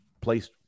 placed